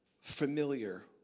familiar